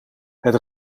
het